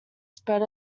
spread